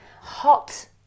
Hot